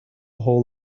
whole